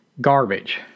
garbage